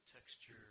texture